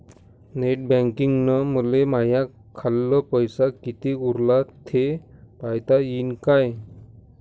Net बँकिंगनं मले माह्या खाल्ल पैसा कितीक उरला थे पायता यीन काय?